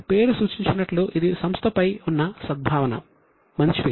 పేరు సూచించినట్లు ఇది సంస్థపై ఉన్న సద్భావన మంచి పేరు